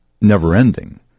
never-ending